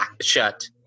shut